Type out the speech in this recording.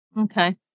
Okay